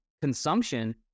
consumption